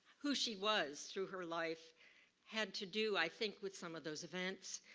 who she was through her life had to do i think with some of those events.